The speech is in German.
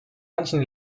manchen